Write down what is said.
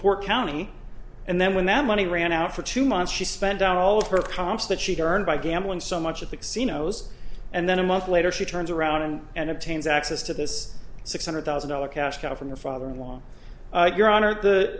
poor county and then when that money ran out for two months she spent all of her comps that she earned by gambling so much at the casinos and then a month later she turns around and and obtains access to this six hundred thousand dollars cash cow from her father in law your honor the